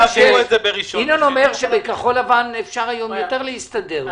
ינון אומר, שבכחול לבן אפשר היום יותר להסתדר.